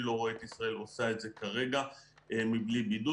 אני לא רואה את ישראל עושה את זה כרגע בלי בידוד.